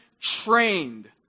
trained